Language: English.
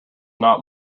not